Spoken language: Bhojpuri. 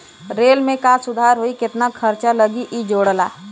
रेल में का सुधार होई केतना खर्चा लगी इ जोड़ला